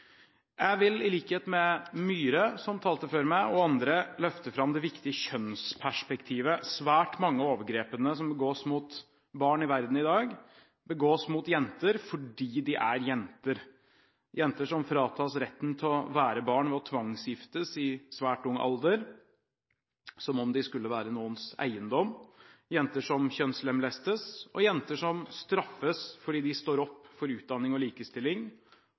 jeg løfte fram det viktige kjønnsperspektivet. Svært mange av overgrepene som begås mot barn i verden i dag, begås mot jenter fordi de er jenter – jenter som fratas retten til å være barn ved å tvangsgiftes i svært ung alder, som om de skulle være noens eiendom, jenter som kjønnslemlestes, og jenter som straffes fordi de står opp for utdanning og likestilling,